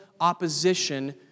opposition